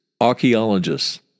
archaeologists